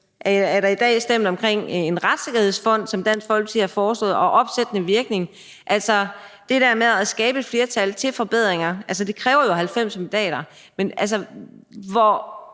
Der er i dag stemt om en retssikkerhedsfond, som Dansk Folkeparti har foreslået, og opsættende virkning. Altså, det der med at skabe et flertal til forbedringer kræver jo 90 mandater, men hvor